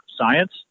science